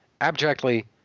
abjectly